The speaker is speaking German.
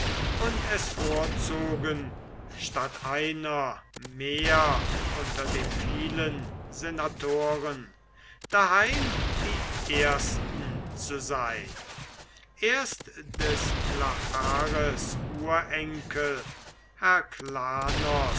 und es vorzogen statt einer mehr unter den vielen senatoren daheim die ersten zu sein erst des lachares urenkel